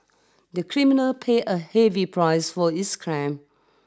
the criminal paid a heavy price for his crime